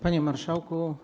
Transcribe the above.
Panie Marszałku!